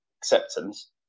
acceptance